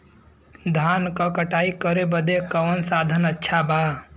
धान क कटाई करे बदे कवन साधन अच्छा बा?